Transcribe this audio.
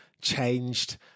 changed